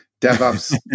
DevOps